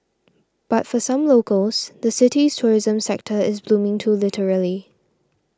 but for some locals the city's tourism sector is booming too literally